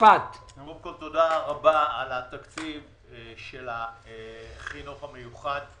קודם כול, תודה רבה על התקציב של החינוך המיוחד.